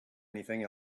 anything